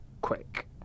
Quick